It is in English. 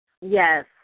Yes